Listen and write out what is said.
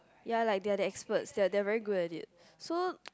ya like there are very expert they really good on it so